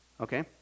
Okay